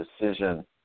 Decision